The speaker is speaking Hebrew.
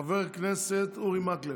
חבר הכנסת אורי מקלב?